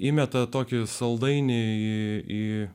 įmeta tokį saldainį į